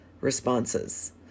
responses